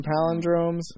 palindromes